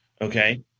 okay